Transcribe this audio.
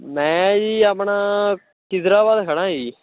ਮੈਂ ਜੀ ਆਪਣਾ ਖਿਦਰਾਬਾਦ ਖੜ੍ਹਾਂ ਜੀ